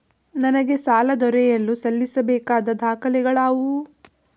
ನನಗೆ ಸಾಲ ದೊರೆಯಲು ಸಲ್ಲಿಸಬೇಕಾದ ದಾಖಲೆಗಳಾವವು?